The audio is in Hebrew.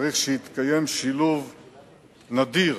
צריך שיתקיים שילוב נדיר